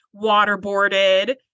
waterboarded